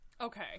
Okay